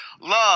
love